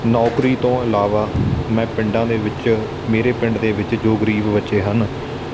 ਨੌਕਰੀ ਤੋਂ ਇਲਾਵਾ ਮੈਂ ਪਿੰਡਾਂ ਦੇ ਵਿੱਚ ਮੇਰੇ ਪਿੰਡ ਦੇ ਵਿੱਚ ਜੋ ਗਰੀਬ ਬੱਚੇ ਹਨ